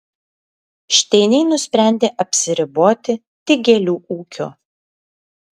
šteiniai nusprendė apsiriboti tik gėlių ūkiu